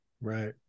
Right